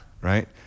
Right